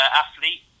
athlete